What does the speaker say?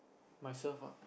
myself ah